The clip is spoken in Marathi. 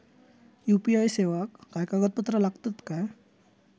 यू.पी.आय सेवाक काय कागदपत्र लागतत काय?